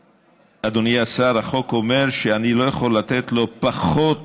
אדוני השר, החוק אומר שאני לא יכול לתת לו פחות